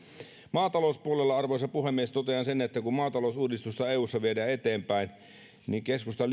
maatalouspuolelta arvoisa puhemies totean sen että kun kun maatalousuudistusta eussa viedään eteenpäin niin keskustan